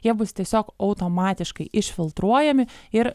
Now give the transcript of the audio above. jie bus tiesiog automatiškai išfiltruojami ir